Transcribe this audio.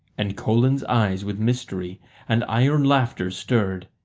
and colan's eyes with mystery and iron laughter stirred,